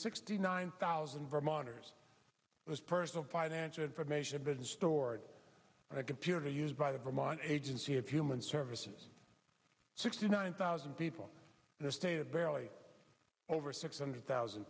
sixty nine thousand vermonters those personal financial information been stored on a computer used by the vermont agency of human services sixty nine thousand people in the state of barely over six hundred thousand